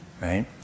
right